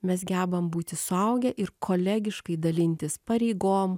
mes gebam būti suaugę ir kolegiškai dalintis pareigom